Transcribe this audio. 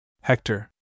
Hector